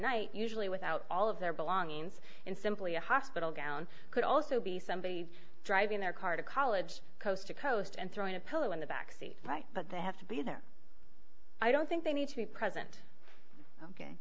night usually without all of their belongings and simply a hospital gown could also be somebody driving their car to college coast to coast and throwing a pillow in the back seat but they have to be there i don't think they need to be present ok